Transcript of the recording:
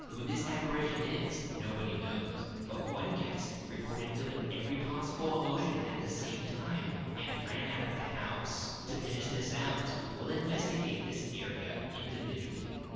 this apparition is, nobody knows, but one guest reported feeling every possible emotion at the same time and ran out of the house. to finish this out, we'll investigate this area individually.